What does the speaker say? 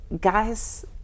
guys